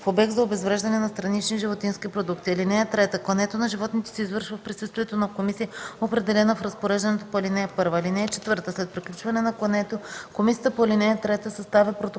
в обект за обезвреждане на странични животински продукти. (3) Клането на животните се извършва в присъствието на комисия, определена в разпореждането по ал. 1. (4) След приключване на клането, комисията по ал. 3 съставя протокол